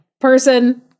person